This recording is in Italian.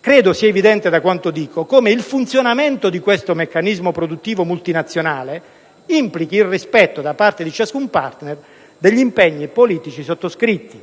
Credo sia evidente da quanto dico come il funzionamento di questo meccanismo produttivo multinazionale implichi il rispetto, da parte di ciascun *partner,* degli impegni politici sottoscritti.